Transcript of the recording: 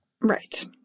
Right